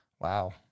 Wow